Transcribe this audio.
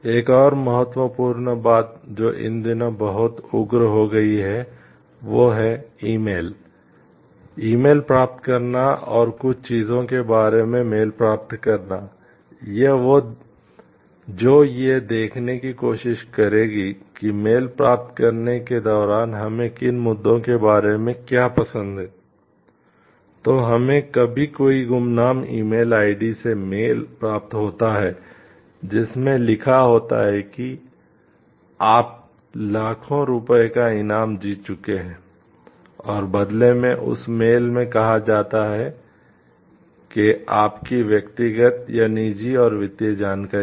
एक और महत्वपूर्ण बात जो इन दिनों बहुत उग्र हो गई है वह है ईमेल में कहा होता है के आपकी व्यक्तिगत या निजी और वित्तीय जानकारी दे